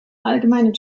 allgemeinen